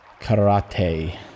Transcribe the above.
karate